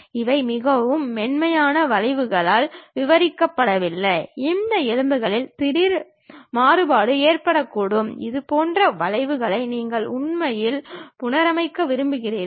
இவை மிகவும் மென்மையான வளைவுகளால் விவரிக்கப்படவில்லை இந்த எலும்புகளில் திடீர் மாறுபாடு ஏற்படக்கூடும் இதுபோன்ற பொருட்களை நீங்கள் உண்மையில் புனரமைக்க விரும்புகிறீர்கள்